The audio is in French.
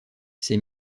ces